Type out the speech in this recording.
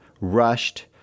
rushed